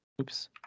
Oops